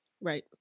Right